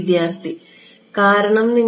വിദ്യാർത്ഥി കാരണം നിങ്ങൾ